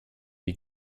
wie